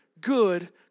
good